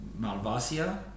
Malvasia